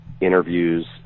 interviews